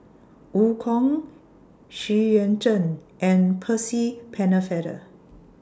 EU Kong Xu Yuan Zhen and Percy Pennefather